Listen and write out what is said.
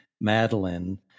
Madeline